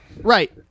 Right